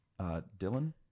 Dylan